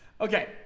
Okay